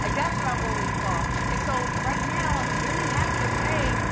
like that's what i always saw, and so right now, i'm really happy to say,